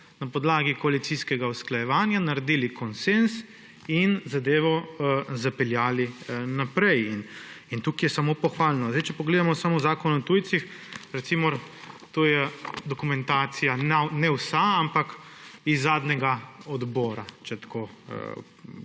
na podlagi koalicijskega usklajevanja naredili konsenz in zadevo zapeljali naprej. Tukaj je samo pohvalno. Če pogledamo samo Zakon o tujcih, recimo, to je dokumentacija, ne vsa, ampak z zadnjega odbora, če se tako izrazim.